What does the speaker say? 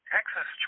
Texas